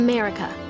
America